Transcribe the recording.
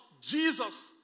Jesus